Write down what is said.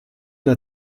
der